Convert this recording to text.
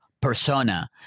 persona